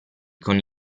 con